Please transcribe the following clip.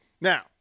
Now